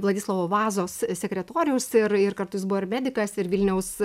vladislovo vazos sekretoriaus ir ir kartu jis buvo ir medikas ir vilniaus